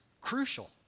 crucial